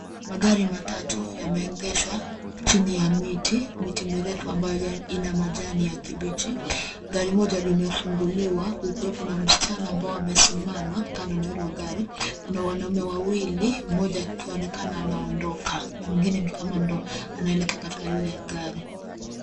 Magari matatu yameegeshwa chini ya miti, miti mirefu ambayo ina majani ya kibichi. Gari moja limefunguliwa kukiwepo na msichana ambao amesimama kando na hilo gari. Kuna wanaume wawili mmoja akionekana anaondoka na mwingine ni kama ndio anaelekea katika lile gari.